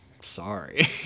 sorry